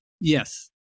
Yes